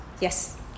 Yes